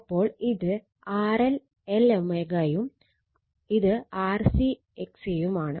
അപ്പോൾ ഇത് RLLω യും ഇത് RC XC യും ആണ്